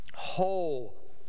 whole